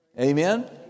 Amen